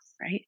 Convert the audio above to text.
right